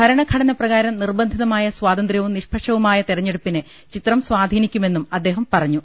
ഭരണഘ ടന പ്രകാരം നിർബന്ധിതമായ സ്വതന്ത്രവും നിഷ്പക്ഷവുമായ തെരഞ്ഞെടുപ്പിനെ ചിത്രം സ്വാധീനിക്കുമെന്നും അദ്ദേഹം പറഞ്ഞു